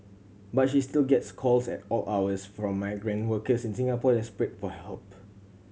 but she still gets calls at all hours from migrant workers in Singapore desperate for help